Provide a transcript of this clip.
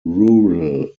rural